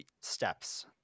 steps